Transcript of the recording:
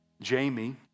jamie